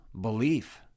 belief